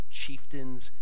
chieftains